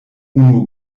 unu